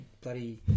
bloody